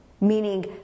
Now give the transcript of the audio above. meaning